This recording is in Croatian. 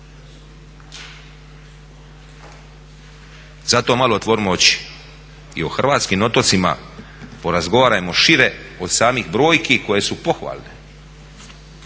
Zato malo otvorimo oči i o hrvatskim otocima porazgovarajmo šire od samih brojki koje su pohvalne